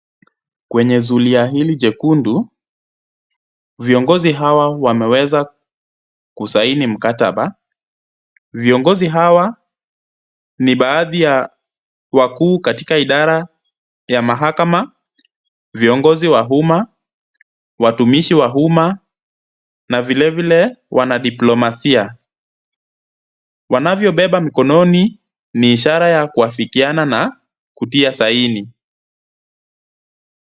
Kwenye zulia hili jekundu viongozi hawa wameweza kusaini mkataba. Viongozi hawa ni baadhi ya wakuu katika idara ya mahakama, viongozi wa umma, watumishi wa umma na vilevile wanadiplomasia. Wanavyobeba mkononi ni ishara ya kuafikiana na kutia sahihi.